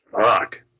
Fuck